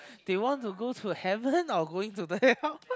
they want to go to heaven or going to the hell